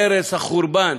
ההרס והחורבן.